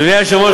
אדוני היושב-ראש,